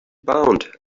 bound